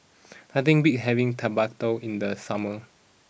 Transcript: nothing beats having Tekkadon in the summer